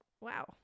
Wow